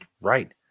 right